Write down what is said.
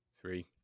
Three